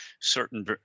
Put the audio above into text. certain